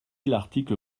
l’article